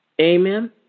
Amen